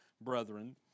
brethren